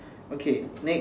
okay next